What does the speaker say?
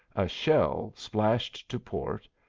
a shell splashed to port,